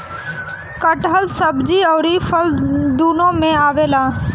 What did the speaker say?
कटहल सब्जी अउरी फल दूनो में आवेला